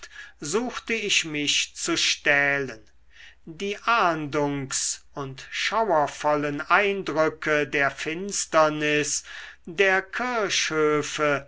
suchte ich mich zu stählen die ahndungs und schauervollen eindrücke der finsternis der